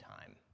time